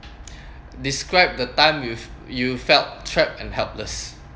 describe the time with you felt trapped and helpless